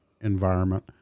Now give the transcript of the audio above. environment